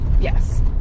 Yes